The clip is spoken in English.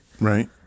Right